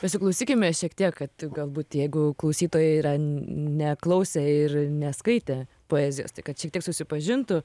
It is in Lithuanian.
pasiklausykime šiek tiek kad galbūt jeigu klausytojai yra neklausę ir neskaitę poezijos tai kad šiek tiek susipažintų